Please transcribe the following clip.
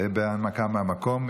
בהנמקה מהמקום.